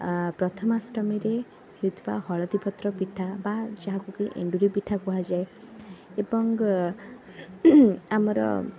ପ୍ରଥମାଷ୍ଟମୀରେ ହେଉଥିବା ହଳଦୀପତ୍ର ପିଠା ବା ଯାହାକୁ କି ଏଣ୍ଡୁରି ପିଠା କୁହାଯାଏ ଏବଂ ଆମର